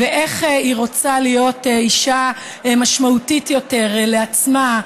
ואיך היא רוצה להיות אישה משמעותית יותר לעצמה,